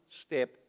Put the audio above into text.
step